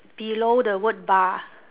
below the word bar